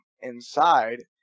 inside